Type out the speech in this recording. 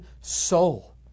soul